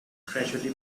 gradually